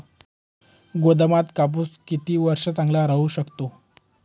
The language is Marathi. गोदामात कापूस किती वर्ष चांगला राहू शकतो?